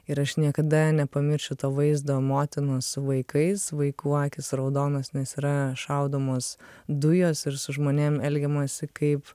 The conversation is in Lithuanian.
ir aš niekada nepamiršiu to vaizdo motinos su vaikais vaikų akys raudonos nes yra šaudomos dujos ir su žmonėm elgiamasi kaip